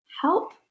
help